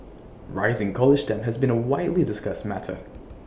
rising college debt has been A widely discussed matter